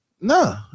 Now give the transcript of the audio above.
No